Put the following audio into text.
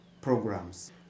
programs